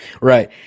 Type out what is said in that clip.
Right